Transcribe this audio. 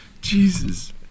Jesus